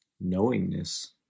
Knowingness